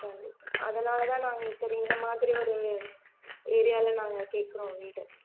சரி அதனால தான் நாங்கள் சரி இந்த மாதிரி ஒரு ஏரியாவில நாங்கள் கேட்குறோம் வீடு